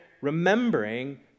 remembering